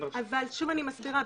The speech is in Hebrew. אבל שוב אני מסבירה,